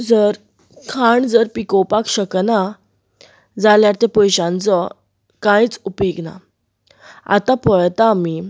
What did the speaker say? जर खाण जर पिकोवपाक शकना जाल्यार त्या पयश्यांचो कायच उपेग ना आतां पळयता आमी